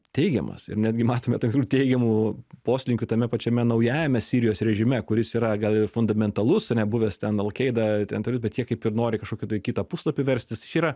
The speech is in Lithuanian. teigiamas ir netgi matome tam tikrų teigiamų poslinkių tame pačiame naujajame sirijos režime kuris yra gal ir fundamentalus ane buvęs ten alkeida ten toli bet jie kaip ir nori kažkokį tai kitą puslapį verstis čia yra